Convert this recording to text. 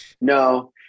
No